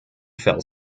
fell